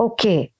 Okay